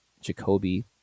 Jacoby